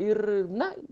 ir na